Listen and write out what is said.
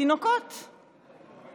תינוקות,